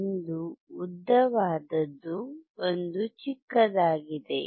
ಒಂದು ಉದ್ದವಾದದ್ದು ಒಂದು ಚಿಕ್ಕದಾಗಿದೆ